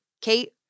Kate